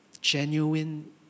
genuine